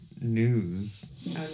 news